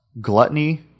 gluttony